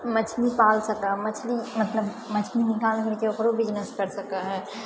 मछली पाल सकए मछली मतलब मछली निकाल करिके मतलब ओकरो बिजनेस कर सकऽ हइ